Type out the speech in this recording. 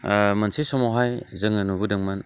मोनसे समावहाय जोङो नुबोदोंमोन